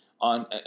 on